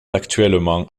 actuellement